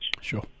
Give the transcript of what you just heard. Sure